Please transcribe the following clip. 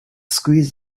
squeezed